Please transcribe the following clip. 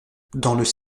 dans